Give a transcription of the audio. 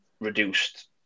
reduced